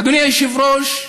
אדוני היושב-ראש,